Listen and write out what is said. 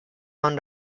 man